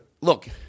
Look